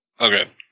Okay